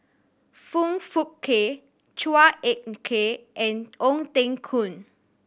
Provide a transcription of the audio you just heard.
Foong Fook Kay Chua Ek Kay and Ong Teng Koon